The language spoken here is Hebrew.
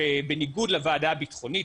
שבניגוד לוועדה הביטחונית,